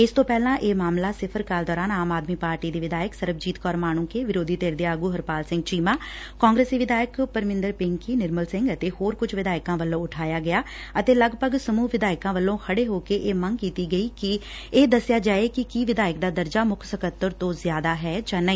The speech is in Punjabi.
ਇਸ ਤੋਂ ਪਹਿਲਾਂ ਇਹ ਮਾਮਲਾ ਸਿਫ਼ਰ ਕਾਲ ਦੌਰਾਨ ਆਮ ਆਦਮੀ ਪਾਰਟੀ ਦੀ ਵਿਧਾਇਕ ਸਰਬਜੀਤ ਕੌਰ ਮਾਣੂੰਕੇ ਵਿਰੋਧੀ ਧਿਰ ਦੇ ਆਗੂ ਹਰਪਾਲ ਸਿੰਘ ਚੀਮਾ ਕਾਂਗਰਸੀ ਵਿਧਾਇਕ ਪਰਮਿੰਦਰ ਪਿੰਕੀ ਨਿਰਮਲ ਸਿੰਘ ਅਤੇ ਹੋਰ ਕੁਝ ਵਿਧਾਇਕਾਂ ਵੱਲੋਂ ਉਠਾਇਆ ਗਿਆ ਅਤੇ ਲਗਭਗ ਸਮੁਹ ਵਿਧਾਇਕਾਂ ਵੱਲੋਂ ਖੜੇ ਹੋ ਕੇ ਇਹ ਮੰਗ ਕੀਤੀ ਗਈ ਕਿ ਇਹ ਦਸਿਆ ਜਾਏ ਕਿ ਵਿਧਾਇਕ ਦਾ ਦਰਜਾ ਮੁੱਖ ਸਕੱਤਰ ਤੋਂ ਜ਼ਿਆਦਾ ਐ ਜਾਂ ਨਹੀਂ